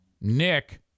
Nick